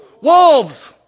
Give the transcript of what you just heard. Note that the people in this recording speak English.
wolves